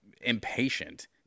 impatient